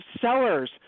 sellers